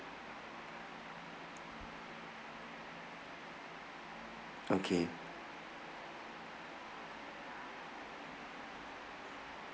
okay